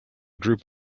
group